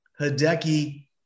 Hideki